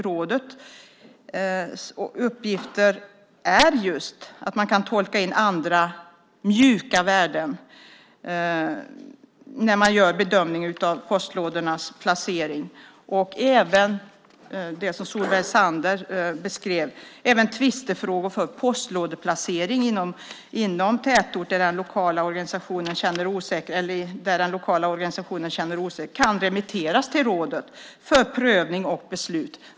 Rådets uppgift är att tolka in andra mjuka värden vid bedömningen av postlådornas placering. Det gäller även vad Solveig Zander beskrev, nämligen tvistefrågor för postlådeplacering inom tätort. När den lokala organisationen känner osäkerhet kan frågorna remitteras till rådet för prövning och beslut.